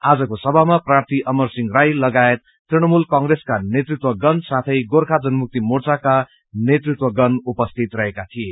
आजको सभामा प्रार्री अमरसिंह राई लागायत तृणमूल कंग्रेसका नेतृत्वगण साथे गोर्खा जनमुक्ति मोच्रका नेतृत्वगण उपस्थित थिए